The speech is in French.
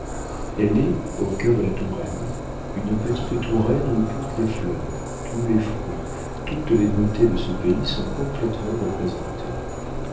elle est au cœur de la touraine une petite touraine où toutes les fleurs tous les fruits toutes les beautés de ce pays sont complétement représentés